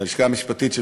הלשכה המשפטית של